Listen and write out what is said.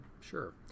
sure